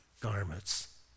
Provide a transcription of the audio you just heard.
garments